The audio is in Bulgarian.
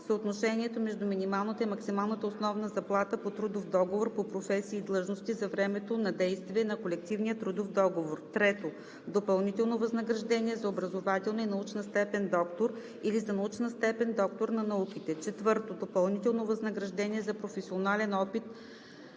Съотношението между минималната и максималната основна заплата по трудов договор по професии и длъжности за времето на действие на Колективния трудов договор. 3. Допълнително възнаграждение за образователна и научна степен „доктор“ или за научна степен „доктор на науките“. 4. Допълнително възнаграждение за: професионален опит